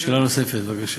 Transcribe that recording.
שאלה נוספת, בבקשה.